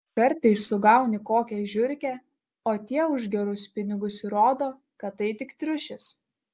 kartais sugauni kokią žiurkę o tie už gerus pinigus įrodo kad tai tik triušis